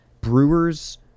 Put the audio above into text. brewers